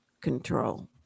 control